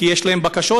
כי יש להם בקשות,